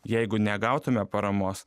jeigu negautume paramos